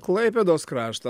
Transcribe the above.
klaipėdos kraštą